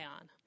on